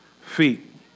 feet